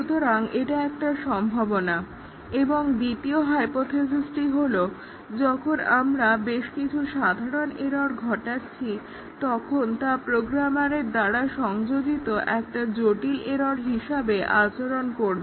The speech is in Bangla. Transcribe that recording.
সুতরাং এটা একটা সম্ভাবনা এবং দ্বিতীয় হাইপোথিসিসটি হলো যখন আমরা বেশকিছু সাধারণ এরর্ ঘটাচ্ছি তখন তা প্রোগ্রামারের দ্বারা সংযোজিত একটা জটিল এরর্ হিসাবে আচরণ করবে